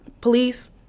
Police